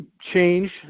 change